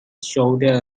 shoulder